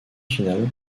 finale